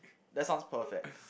that sounds perfect